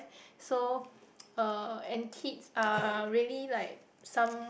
so uh and kids are really like some~